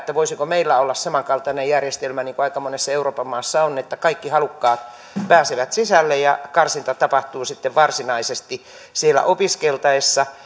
voisiko meillä olla samankaltainen järjestelmä kuin aika monessa euroopan maassa on että kaikki halukkaat pääsevät sisälle ja karsinta tapahtuu sitten varsinaisesti siellä opiskeltaessa